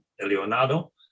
Leonardo